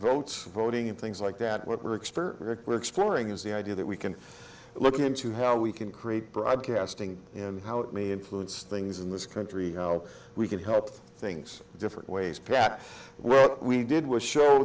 votes voting and things like that what works for rick we're exploring is the idea that we can look into how we can create broadcasting and how it may influence things in this country how we can help things different ways pat well we did was show